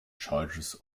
charges